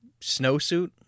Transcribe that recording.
snowsuit